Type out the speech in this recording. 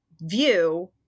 view